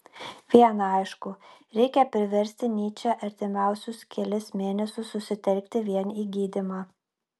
viena aišku reikia priversti nyčę artimiausius kelis mėnesius susitelkti vien į gydymą